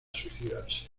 suicidarse